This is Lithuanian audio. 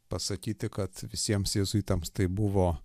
pasakyti kad visiems jėzuitams tai buvo